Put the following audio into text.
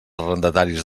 arrendataris